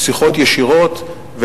שיחות ישירות,